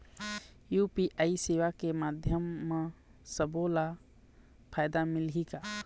UPI सेवा के माध्यम म सब्बो ला फायदा मिलही का?